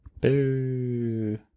Boo